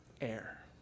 air